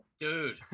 Dude